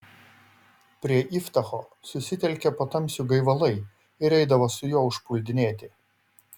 prie iftacho susitelkė patamsių gaivalai ir eidavo su juo užpuldinėti